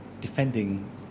defending